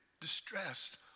distressed